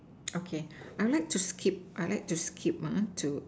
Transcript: okay I like to skip I like to skip ah to